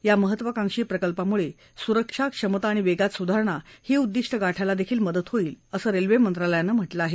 या महत्वकांक्षी प्रकल्पामुळे सुरक्षा क्षमता आणि वेगात सुधारणा ही उद्दीष्ट गाठायलाही मदत होईल असं रेल्वे मंत्रालयानं म्हटलं आहे